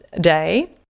day